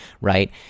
right